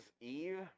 Eve